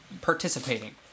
participating